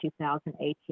2018